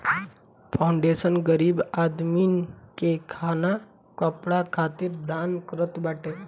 foundation गरीब आदमीन के खाना कपड़ा खातिर दान करत बाटे